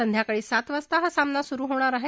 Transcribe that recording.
संध्याकाळी सात वाजता हा सामना सुरु होणार आहे